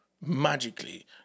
magically